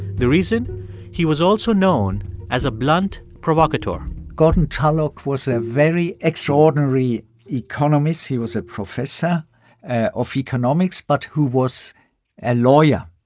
the reason he was also known as a blunt provocateur gordon tullock was a very extraordinary economist. he was a professor of economics but who was a lawyer.